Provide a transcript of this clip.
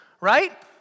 right